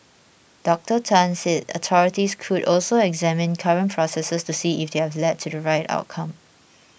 Doctor Tan said authorities could also examine current processes to see if they have led to the right outcome